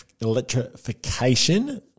electrification